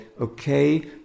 okay